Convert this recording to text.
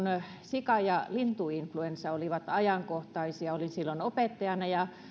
sika ja lintuinfluenssa olivat ajankohtaisia olin opettajana ja